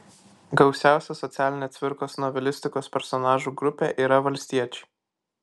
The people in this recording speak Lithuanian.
gausiausia socialinė cvirkos novelistikos personažų grupė yra valstiečiai